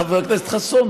חבר הכנסת חסון,